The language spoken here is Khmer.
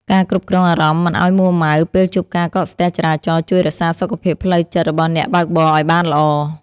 ការគ្រប់គ្រងអារម្មណ៍មិនឱ្យមួរម៉ៅពេលជួបការកកស្ទះចរាចរណ៍ជួយរក្សាសុខភាពផ្លូវចិត្តរបស់អ្នកបើកបរឱ្យបានល្អ។